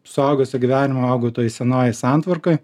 suaugusio gyvenimo augau toj senojoj santvarkoj